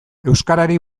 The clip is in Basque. euskarari